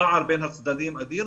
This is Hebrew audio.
הפער בין הצדדים אדיר,